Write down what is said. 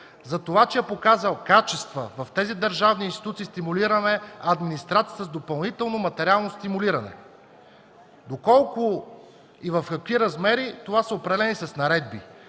За това, че е показал качества, в тези държавни институции стимулираме администрацията с допълнително материално стимулиране. Колко и в какви размери – се определя с наредби.